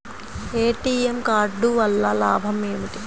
ATM card వల్ల లాభం ఏమిటి?